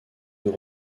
nous